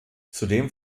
zudem